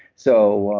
so,